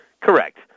Correct